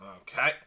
Okay